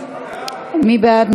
מי בעד?